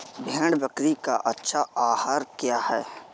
भेड़ बकरी का अच्छा आहार क्या है?